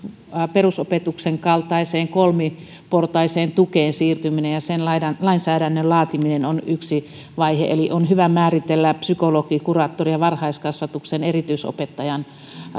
perusopetuksen kaltaiseen kolmiportaiseen tukeen siirtyminen ja sen lainsäädännön laatiminen ovat yksi vaihe eli on hyvä määritellä psykologin kuraattorin ja varhaiskasvatuksen erityisopettajan